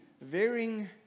varying